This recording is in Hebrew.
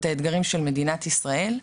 את האתגרים של מדינת ישראל,